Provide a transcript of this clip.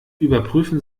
überprüfen